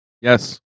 Yes